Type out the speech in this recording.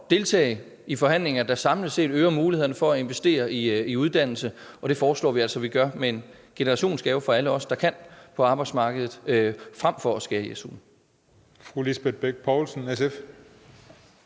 deltage i forhandlinger, der samlet set øger muligheden for at investere i uddannelse – og det foreslår vi altså at man gør – med en generationsgave fra alle os, der kan, på arbejdsmarkedet, frem for at